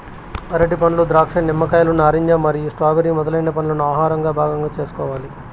అరటిపండ్లు, ద్రాక్ష, నిమ్మకాయలు, నారింజ మరియు స్ట్రాబెర్రీ మొదలైన పండ్లను ఆహారంలో భాగం చేసుకోవాలి